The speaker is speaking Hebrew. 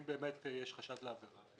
אם באמת יש חשד לעבירה,